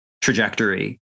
trajectory